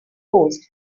host